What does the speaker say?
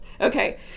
Okay